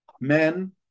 men